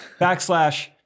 backslash